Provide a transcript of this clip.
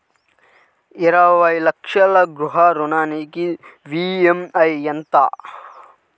ఇరవై లక్షల గృహ రుణానికి ఈ.ఎం.ఐ ఎంత?